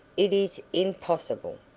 it is impossible.